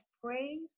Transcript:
praise